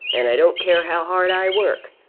and i don't care how hard i work.